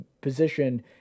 position